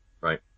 Right